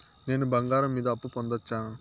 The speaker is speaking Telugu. నేను బంగారం మీద అప్పు పొందొచ్చా?